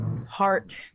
heart